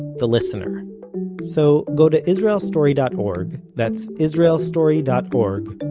the listener so, go to israelstory dot org, that's israelstory dot org,